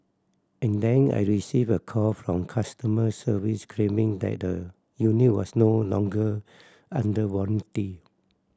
and then I received a call from customer service claiming that the unit was no longer under warranty